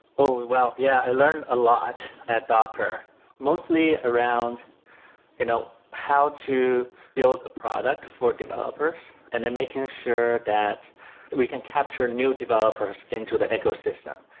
oh! well, yeah, i learned a lot at docker mostly around you know how to build a product for developers and then making sure that we can capture new developers into the ecosystem,